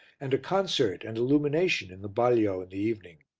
and a concert and illumination in the balio in the evening.